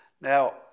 Now